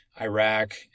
Iraq